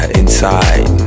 inside